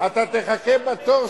תחכה בתור.